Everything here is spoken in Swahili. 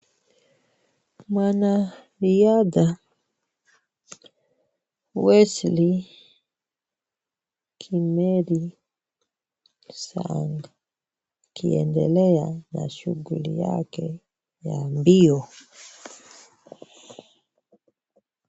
Mwanariadha Wesley Kimeli Sang akiendelea na shughuli yake ya mbio.